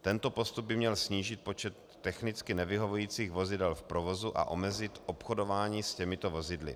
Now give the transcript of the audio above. Tento postup by měl snížit počet technicky nevyhovujících vozidel v provozu a omezit obchodování s těmito vozidly.